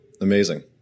Amazing